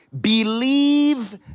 believe